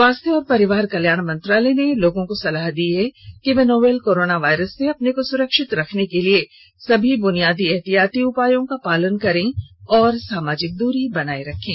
स्वास्थ्य और परिवार कल्याण मंत्रालय ने लोगों को सलाह दी है कि वे नोवल कोरोना वायरस से अपने को सुरक्षित रखने के लिए सभी बुनियादी एहतियाती उपायों का पालन करें और सामाजिक दूरी बनाए रखें